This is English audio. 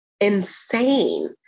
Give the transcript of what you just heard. Insane